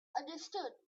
understood